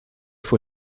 fue